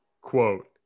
Quote